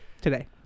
today